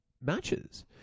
matches